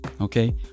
okay